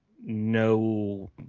no